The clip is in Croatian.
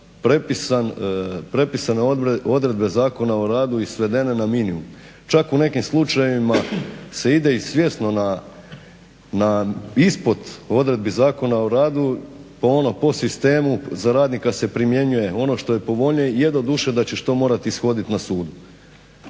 prepisane odredbe Zakona o radu i svedene na minimum, čak u nekim slučajevima se ide i svjesno ispod odredbi Zakona o radu ono po sistemu za radnika se primjenjuje ono što je povoljnije, je doduše da ćeš to morat ishodit na sudu